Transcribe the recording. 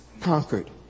conquered